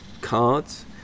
cards